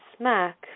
smack